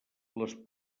les